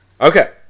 Okay